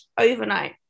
overnight